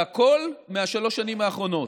והכול משלוש השנים האחרונות.